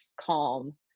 calm